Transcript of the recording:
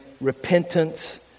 repentance